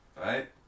Right